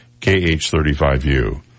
KH-35U